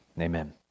Amen